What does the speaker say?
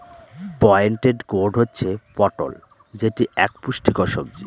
pointed gourd হচ্ছে পটল যেটি এক পুষ্টিকর সবজি